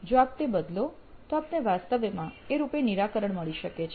જો આપ તે બદલે તો આપને વાસ્તવમાં એ રૂપે નિરાકરણ મળી શકે છે